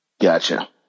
Gotcha